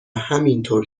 همینطور